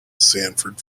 sanford